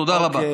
תודה רבה.